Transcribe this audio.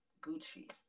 Gucci